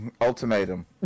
Ultimatum